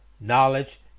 knowledge